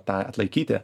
tą atlaikyti